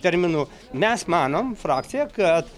terminų mes manom frakcija kad